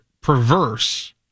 perverse